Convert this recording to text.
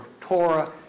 Torah